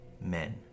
Men